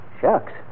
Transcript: shucks